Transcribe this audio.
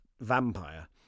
vampire